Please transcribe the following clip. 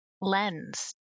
lens